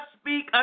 speak